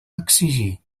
exigir